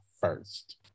first